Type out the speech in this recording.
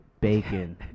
bacon